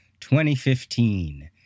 2015